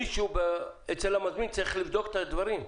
מישהו אצל המזמין צריך לבדוק את הדברים,